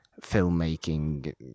filmmaking